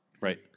Right